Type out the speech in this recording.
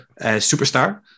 Superstar